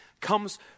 comes